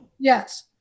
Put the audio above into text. Yes